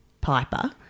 Piper